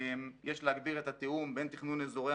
יש להגביר את התאום בין תכנון אזורי